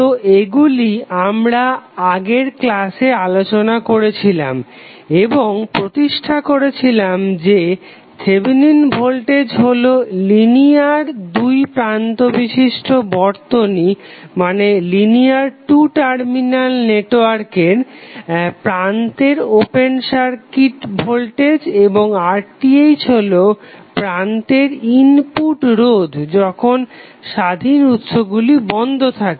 তো এগুলি আমরা আগের ক্লাসে আলোচনা করেছিলাম এবং প্রতিষ্ঠা করেছিলাম যে থেভেনিন ভোল্টেজ হলো লিনিয়ার দুই প্রান্ত বিশিষ্ট বর্তনীর প্রান্তের ওপেন সার্কিট ভোল্টেজ এবং RTh হলো প্রান্তের ইনপুট রোধ যখন স্বাধীন উৎসগুলি বন্ধ থাকে